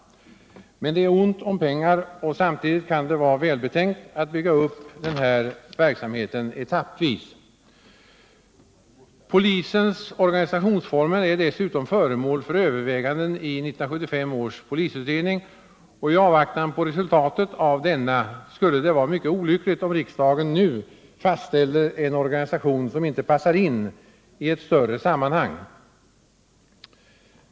Men det är ont om pengar och samtidigt kan det vara välbetänkt att bygga upp denna verksamhet etappvis. Polisens organisationsformer är dessutom föremål för överväganden i 1975 års polisutredning. I avvaktan på resultat av denna skulle det vara mycket olyckligt om riksdagen nu fastställer en organisation som inte passar in i ett större sammanhang.